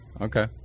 Okay